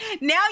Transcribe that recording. Now